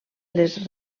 les